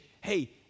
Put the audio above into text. hey